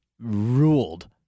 ruled